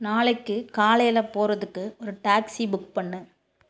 நாளைக்கு காலையில் போகறதுக்கு ஒரு டாக்ஸி புக் பண்ணு